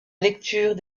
lecture